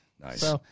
nice